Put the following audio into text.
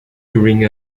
during